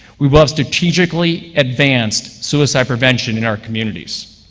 we will have strategically advanced suicide prevention in our communities.